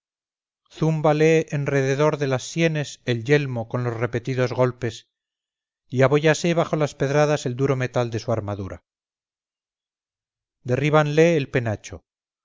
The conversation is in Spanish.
en derredor de las sienes el yelmo con los repetidos golpes y abóllase bajo las pedradas el duro metal de su armadura derríbanle el penacho